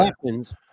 weapons